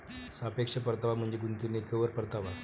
सापेक्ष परतावा म्हणजे गुंतवणुकीवर परतावा